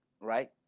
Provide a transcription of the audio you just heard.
right